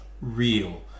real